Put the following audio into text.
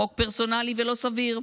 חוק פרסונלי ולא סביר,